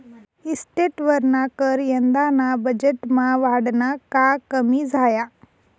इस्टेटवरना कर यंदाना बजेटमा वाढना का कमी झाया?